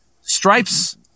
Stripes